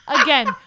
Again